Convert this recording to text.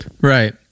Right